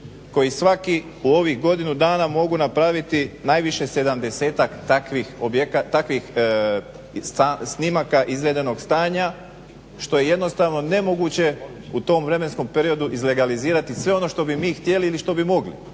koji svaki u ovih godinu dana mogu napraviti najviše 70-tak takvih snimaka izvedenog stanja što je jednostavno nemoguće u tom vremenskom periodu izlegalizirati sve ono što bi mi htjeli ili što bi mogli.